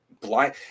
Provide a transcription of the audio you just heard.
blind